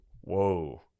whoa